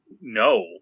no